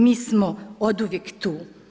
Mi smo oduvijek tu.